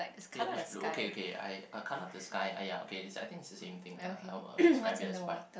palish blue okay okay I I cut out the sky !aiya! okay I think it's the same thing lah I would describe it as white